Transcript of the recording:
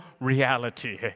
reality